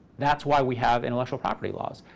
that's why we have intellectual property laws.